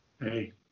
Hey